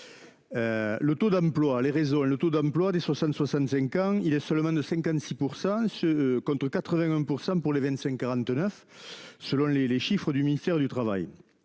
Le taux d'emploi les réseaux. Le taux d'emploi des 60 65 ans, il est seulement de 56%, ce contre 80% pour les 25 49 selon les les chiffres du ministère du Travail.